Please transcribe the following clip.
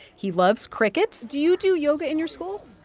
he loves cricket do you do yoga in your school?